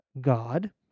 God